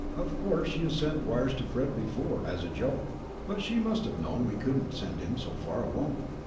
of course she has sent wires to fred before, as a joke but she must have known we couldn't send him so far alone.